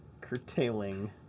curtailing